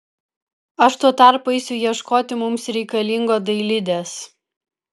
aš tuo tarpu eisiu ieškoti mums reikalingo dailidės